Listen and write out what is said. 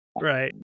Right